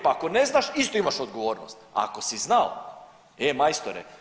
Pa ako ne znaš isto imaš odgovornost, a ako si znao e majstore!